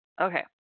Okay